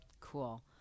Cool